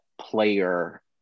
player